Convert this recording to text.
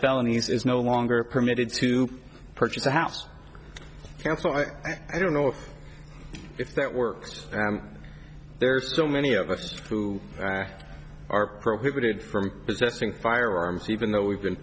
felonies is no longer permitted to purchase a house sample i don't know if that works there are so many of us who are prohibited from possessing firearms even though we've been